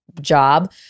job